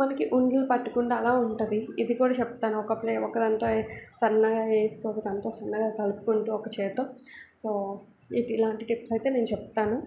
మనకి ఉండలు పట్టకుండా అలా ఉంటుంది ఇది కూడా చెప్తాను ఒక ప్లే ఒక దాంతో ఏ సన్నగా వేస్తూ ఒకదానితో సన్నగా కలుపుకుంటూ ఒక చేత్తో సో ఇది ఇలాంటి టిప్స్ అయితే నేను చెప్తాను